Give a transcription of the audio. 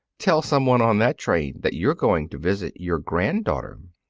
tell somebody on that train that you're going to visit your granddaughter.